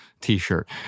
t-shirt